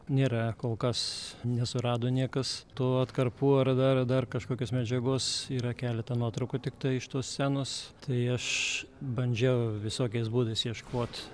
nėra kol kas nesurado niekas tų atkarpų ar dar dar kažkokios medžiagos yra keletą nuotraukų tiktai iš tos scenos tai aš bandžiau visokiais būdais ieškot